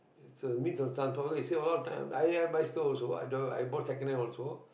it's a me~ you see a lot of time I ride bicycle also I uh I bought second hand also